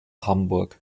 hamburg